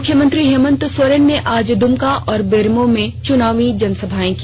मुख्यमंत्री हेमंत सोर्रन ने आज दुमका और बेरमो में चुनावी सभाएं की